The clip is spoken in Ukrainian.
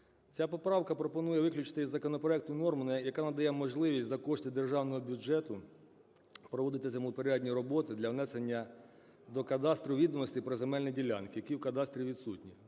Ця поправка пропонує виключити із законопроекту норму, яка надає можливість за кошти державного бюджету проводити землевпорядні роботи для внесення до кадастру відомостей про земельні ділянки, які у кадастрі відсутні.